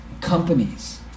companies